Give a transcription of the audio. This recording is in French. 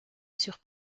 sur